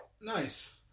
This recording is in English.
Nice